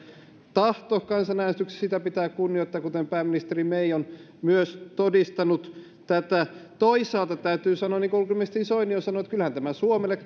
tahtoa kansanäänestyksessä pitää kunnioittaa kuten pääministeri may on myös todistanut toisaalta täytyy sanoa niin kuin ulkoministeri soini on sanonut että kyllähän tämä suomelle